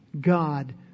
God